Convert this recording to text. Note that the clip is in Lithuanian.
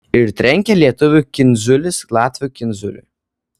ir trenkia lietuvių kindziulis latvių kindziuliui